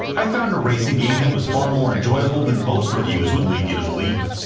i found a racing game that was far more enjoyable than most reviews would lead you to believe.